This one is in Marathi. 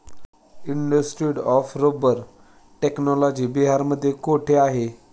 इन्स्टिट्यूट ऑफ रबर टेक्नॉलॉजी बिहारमध्ये कोठे आहे?